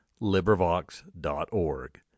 LibriVox.org